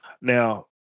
Now